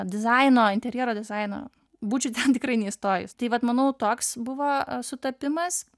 dizaino interjero dizaino būčiau ten tikrai neįstojus tai vat manau toks buvo sutapimas